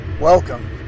Welcome